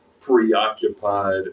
preoccupied